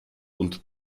und